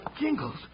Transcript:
Jingles